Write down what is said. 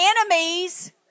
enemies